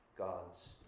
God's